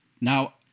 Now